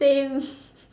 same